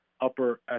upper